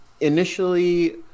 initially